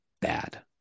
bad